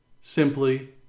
simply